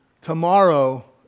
Tomorrow